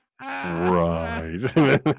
Right